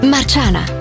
Marciana